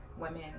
women